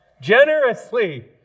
Generously